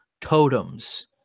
totems